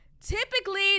Typically